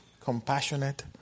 compassionate